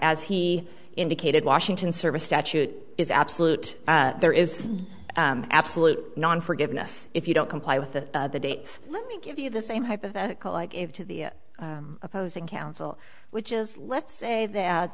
as he indicated washington service statute is absolute there is absolute non forgiveness if you don't comply with the date let me give you the same hypothetical i gave to the opposing counsel which is let's say that